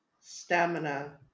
stamina